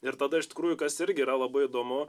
ir tada iš tikrųjų kas irgi yra labai įdomu